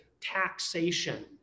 taxation